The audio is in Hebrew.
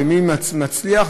ומי מצליח,